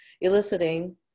eliciting